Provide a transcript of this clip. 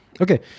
Okay